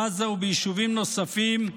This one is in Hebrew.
בעזה וביישובים נוספים,